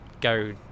go